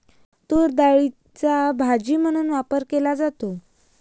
तूरडाळीचा भाजी म्हणून वापर केला जातो